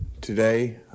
today